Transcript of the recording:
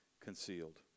concealed